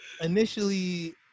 initially